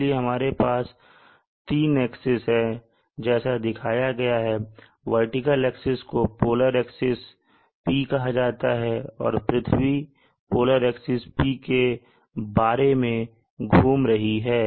इसलिए हमारे पास 3 axis है जैसा दिखाया गया है वर्टिकल एक्सिस को पोलर एक्सिस P कहा जाता है और पृथ्वी पोलर एक्सिस P के बारे में घूम रही है